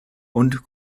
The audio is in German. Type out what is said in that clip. und